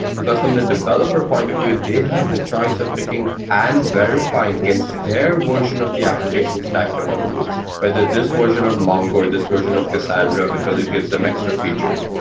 because from the developer point of view, they have the choice of picking and verifying against their version of the application stack they want to use. whether this version of mongo or this version of cassandra, because it gives them extra features,